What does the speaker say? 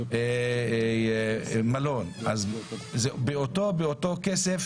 מלון, הרי באותו כסף